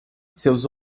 seus